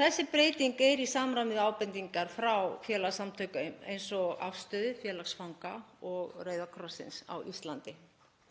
Þessi breyting er í samræmi við ábendingar frá félagasamtökum eins og Afstöðu, félagi fanga, og Rauða krossinum á Íslandi.